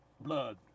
blood